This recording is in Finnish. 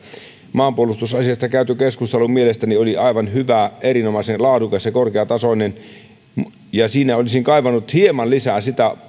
maanpuolustusasiasta käyty keskustelu mielestäni oli aivan hyvä erinomaisen laadukas ja korkeatasoinen mutta siinä olisin kaivannut hieman lisää